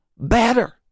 better